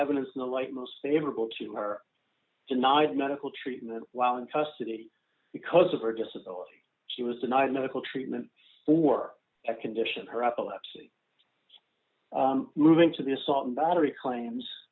evidence in the light most favorable to her denied medical treatment while in custody because of her disability she was denied medical treatment for a condition of her epilepsy moving to the assault and battery claims